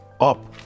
up